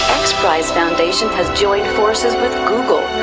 prize foundation has joined forces with google,